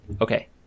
Okay